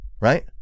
right